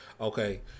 Okay